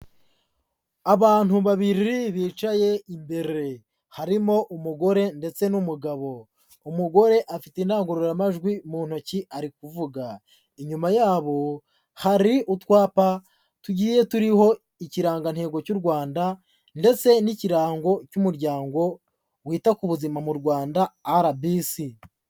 Abantu babiri bicaye imbere, harimo umugore ndetse n'umugabo, umugore afite indangururamajwi mu ntoki ari kuvuga, inyuma yabo hari utwapa tugiye turiho ikirangantego cy'u Rwanda ndetse n'ikirango cy'umuryango wita ku buzima mu Rwanda RBC.